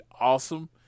awesome